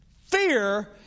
fear